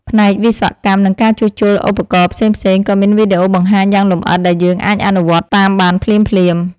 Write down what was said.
ផ្នែកវិស្វកម្ម និងការជួសជុលឧបករណ៍ផ្សេងៗក៏មានវីដេអូបង្ហាញយ៉ាងលម្អិតដែលយើងអាចអនុវត្តតាមបានភ្លាមៗ។